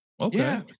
Okay